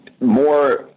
More